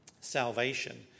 salvation